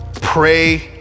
pray